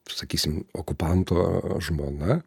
sakysim okupanto žmona